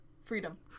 freedom